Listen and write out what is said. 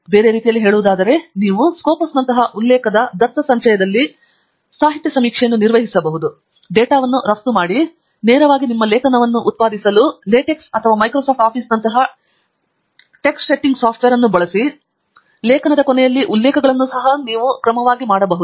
ಬೇರೆ ರೀತಿಯಲ್ಲಿ ಹೇಳುವುದಾದರೆ ನೀವು ಸ್ಕೋಪಸ್ನಂತಹ ಉಲ್ಲೇಖದ ದತ್ತಸಂಚಯದಲ್ಲಿ ಸಾಹಿತ್ಯ ಸಮೀಕ್ಷೆಯನ್ನು ನಿರ್ವಹಿಸಬಹುದು ಡೇಟಾವನ್ನು ರಫ್ತು ಮಾಡಿ ಮತ್ತು ನೇರವಾಗಿ ನಿಮ್ಮ ಲೇಖನವನ್ನು ಉತ್ಪಾದಿಸಲು LaTex ಅಥವಾ Microsoft Office ನಂತಹ ಟೈಸ್ಸೆಟ್ಟಿಂಗ್ ಸಾಫ್ಟ್ವೇರ್ ಅನ್ನು ಬಳಸಿ ಲೇಖನದ ಕೊನೆಯಲ್ಲಿ ಉಲ್ಲೇಖಗಳು ಸಹ ನೀವು ಮಾಡಬಹುದು